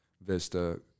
Vista